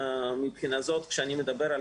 מהבחינה הזאת, אני מדבר על